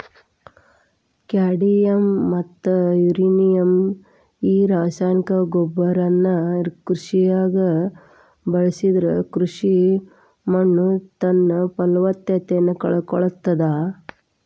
cadmium ಮತ್ತ uranium ಈ ರಾಸಾಯನಿಕ ಗೊಬ್ಬರನ ಕೃಷಿಯಾಗ ಬಳಸಿದ್ರ ಕೃಷಿ ಮಣ್ಣುತನ್ನಪಲವತ್ತತೆ ಕಳಕೊಳ್ತಾದ